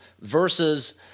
versus